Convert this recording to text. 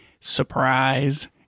surprise